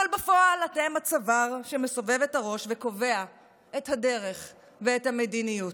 אבל בפועל אתם הצוואר שמסובב את הראש וקובע את הדרך ואת המדיניות.